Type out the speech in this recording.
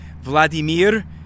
Vladimir